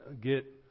get